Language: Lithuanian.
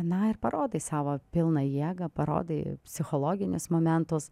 na ir parodai savo pilną jėgą parodai psichologinius momentus